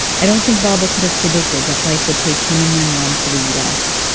i don't think baba could have predicted that life would take him and my mom to the u s.